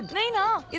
naina!